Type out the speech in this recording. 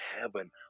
heaven